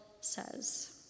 says